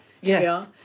Yes